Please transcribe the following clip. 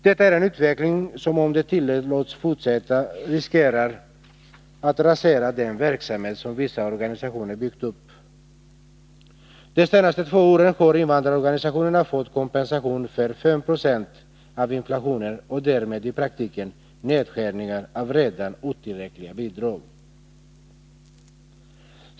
Detta är en utveckling som, om den tillåts fortsätta, riskerar att rasera den verksamhet som vissa organisationer byggt upp. De senaste två åren har invandrarorganisationerna fått kompensation för 5 76 av inflationen och därmed i praktiken nedskärningar av redan otillräckliga bidrag.